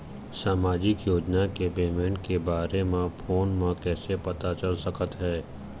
सामाजिक योजना के पेमेंट के बारे म फ़ोन म कइसे पता चल सकत हे?